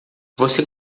você